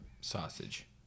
sausage